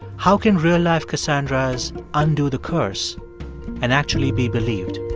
how can real-life cassandras undo the curse and actually be believed?